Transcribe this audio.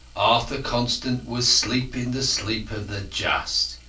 arthur constant was sleeping the sleep of the just.